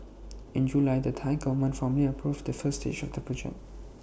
in July the Thai Government formally approved the first stage of the project